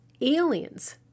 aliens